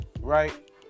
right